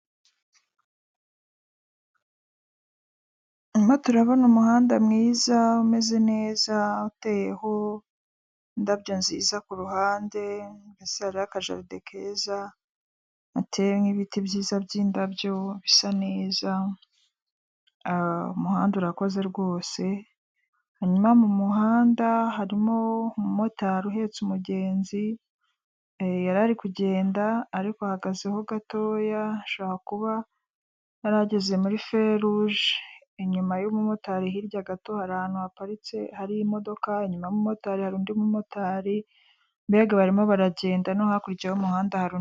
Turimo turabona umuhanda mwiza, umeze neza, uteyeho indabyo nziza ku ruhande, munsi hariho akajaride keza, gateyemo ibiti byiza by'indabyo, bisa neza, umuhanda urakoze rwose, hanyuma mu muhanda harimo umumotari uhetse umugenzi, yari ari kugenda ariko ahagazeho gatoya, ashobora kuba yari ageze muri feruje, inyuma y'umumotari hirya gato hari ahantu haparitse, hari imodoka, inyuma y'umumotari hari undi mumotari, mbega barimo baragenda no hakurya y'umuhanda hari undi